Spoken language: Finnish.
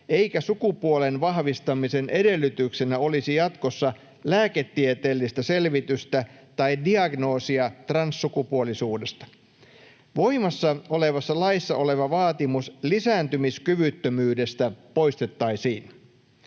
eikä sukupuolen vahvistamisen edellytyksenä olisi jatkossa lääketieteellistä selvitystä tai diagnoosia transsukupuolisuudesta. Voimassa olevassa laissa oleva vaatimus lisääntymiskyvyttömyydestä poistettaisiin.